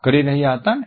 કરી રહ્યા હતા ને